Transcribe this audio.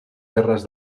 terres